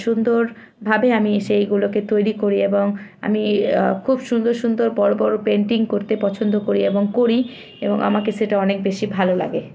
সুন্দর ভাবে আমি সেইগুলোকে তৈরি করি এবং আমি খুব সুন্দর সুন্দর বড়ো বড়ো পেন্টিং করতে পছন্দ করি এবং করি এবং আমাকে সেটা অনেক বেশি ভালো লাগে